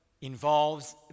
involves